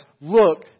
look